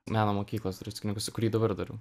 meno mokyklos druskininkuose kurį dabar darau